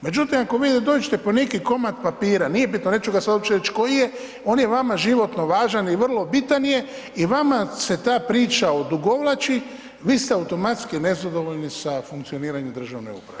Međutim, ako vi da dođete po neki komad papira, nije bitno, neću ga sad uopće reć koji je, on je vama životno važan i vrlo bitan je i vama se ta priča odugovlači, vi ste automatski nezadovoljni sa funkcioniranjem državne uprave.